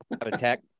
attack